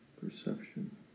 perception